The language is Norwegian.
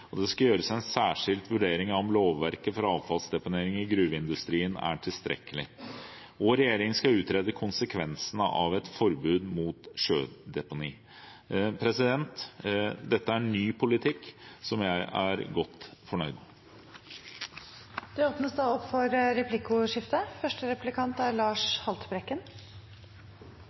og minerallovgivningen skal vurderes. Det skal gjøres en særskilt vurdering av om lovverket for avfallsdeponering i gruveindustrien er tilstrekkelig, og regjeringen skal utrede konsekvensen av et forbud mot sjødeponi. Dette er ny politikk, som jeg er godt fornøyd med. Det blir replikkordskifte.